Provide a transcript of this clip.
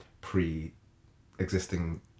pre-existing